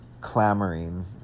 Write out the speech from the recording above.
clamoring